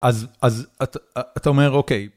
אז אתה אומר אוקיי.